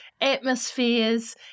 atmospheres